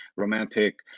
romantic